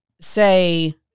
say